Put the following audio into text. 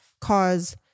cause